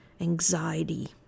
anxiety